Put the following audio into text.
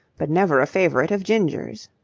but never a favourite of ginger's.